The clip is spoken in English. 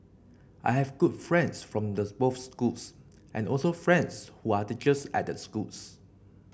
I have good friends from the both schools and also friends who are teachers at the schools